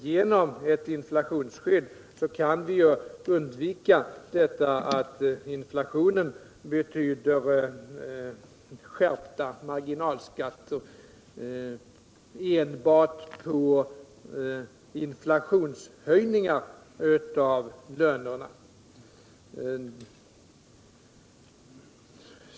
Genom ett inflationsskydd kan vi undvika att inflationen betyder skärpta marginalskatter på enbart inflationshöjningar av lönerna.